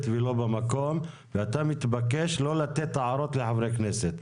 והיא לא במקום ואתה מתבקש לא לתת הערות לחברי כנסת.